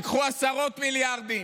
תיקחו עשרות מיליארדים.